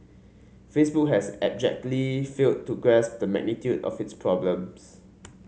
facebook has abjectly failed to grasp the magnitude of its problems